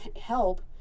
help